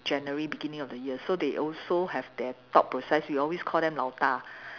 January beginning of the year so they also have their thought process we always call them 老大